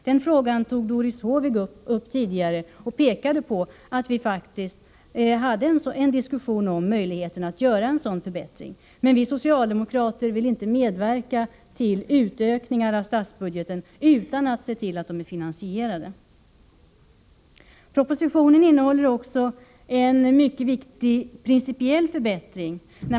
Den frågan tog Doris Håvik upp tidigare och pekade på att vi faktiskt hade haft en diskussion om möjligheterna att göra en sådan förbättring. Men vi socialdemokrater vill inte medverka till en ökning av statsutgifterna utan att se till att de är finansierade. Propositionen innehåller också en mycket viktig principiell förbättring.